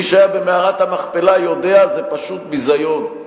מי שהיה במערת המכפלה יודע, זה פשוט ביזיון,